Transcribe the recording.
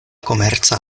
komerca